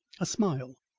a smile,